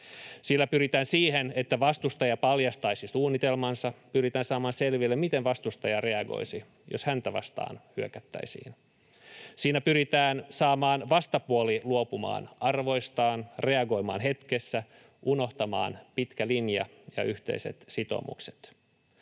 Sillä pyritään siihen, että vastustaja paljastaisi suunnitelmansa, pyritään saamaan selville, miten vastustaja reagoisi, jos häntä vastaan hyökättäisiin. Siinä pyritään saamaan vastapuoli luopumaan arvoistaan, reagoimaan hetkessä, unohtamaan pitkä linja ja yhteiset sitoumukset.